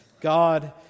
God